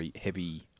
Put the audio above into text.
heavy